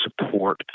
support